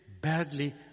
badly